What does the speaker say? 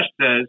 says